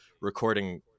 recording